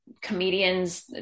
comedians